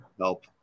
help